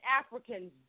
Africans